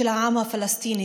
של העם הפלסטיני,